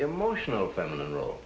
emotional feminine role